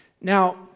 Now